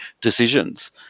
decisions